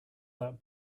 that